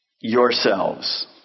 yourselves